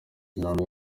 inama